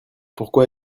pourquoi